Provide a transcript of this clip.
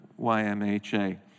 YMHA